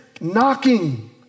knocking